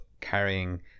carrying